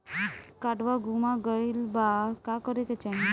काडवा गुमा गइला पर का करेके चाहीं?